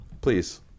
Please